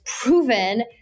proven